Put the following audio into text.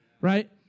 right